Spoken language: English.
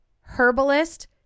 herbalist